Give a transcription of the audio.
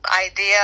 idea